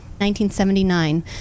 1979